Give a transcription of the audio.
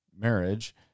marriage-